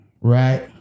right